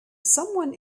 someone